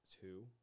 two